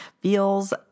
feels